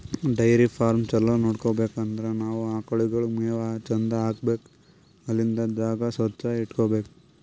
dairy farm ಛಲೋ ನಡ್ಸ್ಬೇಕ್ ಅಂದ್ರ ನಾವ್ ಆಕಳ್ಗೋಳಿಗ್ ಮೇವ್ ಚಂದ್ ಹಾಕ್ಬೇಕ್ ಅಲ್ಲಿಂದ್ ಜಾಗ ಸ್ವಚ್ಚ್ ಇಟಗೋಬೇಕ್